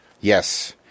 yes